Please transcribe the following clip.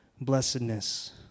blessedness